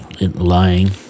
lying